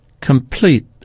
complete